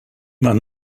maen